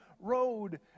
road